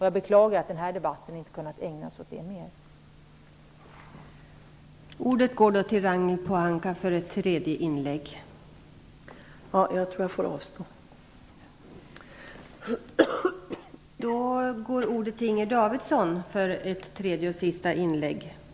Jag beklagar att denna debatt inte kunnat ägnas åt den frågan mer.